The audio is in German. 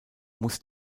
muss